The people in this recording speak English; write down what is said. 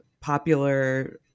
popular